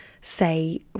say